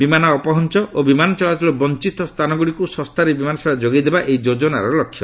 ବିମାନ ଅପହଞ୍ଚ ଓ ବିମାନ ଚଳାଚଳରୁ ବଞ୍ଚତ ସ୍ଥାନଗୁଡ଼ିକୁ ଶସ୍ତାରେ ବିମାନ ସେବା ଯୋଗାଇଦେବା ଏହି ଯୋଜନାର ଲକ୍ଷ୍ୟ